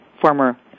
Former